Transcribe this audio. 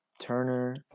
Turner